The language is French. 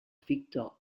viktor